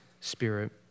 spirit